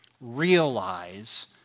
Realize